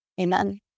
Amen